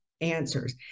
answers